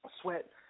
Sweat